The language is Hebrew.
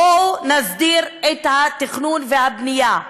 בואו נסדיר את התכנון והבנייה,